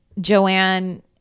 Joanne